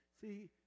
See